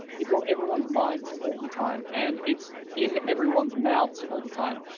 it's on everyone's minds all the time, and it's in everyone's mouths all the time.